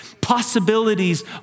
Possibilities